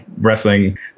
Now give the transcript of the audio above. wrestling